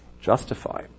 justify